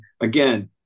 again